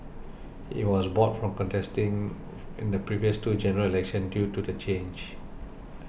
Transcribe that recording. he was barred from contesting in the previous two General Elections due to the charge